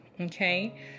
Okay